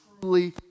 truly